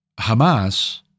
Hamas